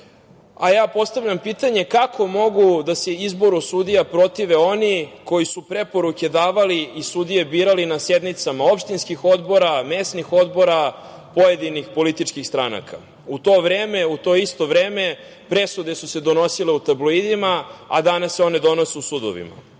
a ja postavljam pitanje, kako mogu da se izboru sudija protive oni koji su preporuke davali i sudije birali na sednicama opštinskih odbora, mesnih odbora, pojedinih političkih stranaka. U to vreme, u to isto vreme presude su se donosile u tabloidima, a danas se one donose u sudovima.